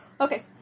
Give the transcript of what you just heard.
Okay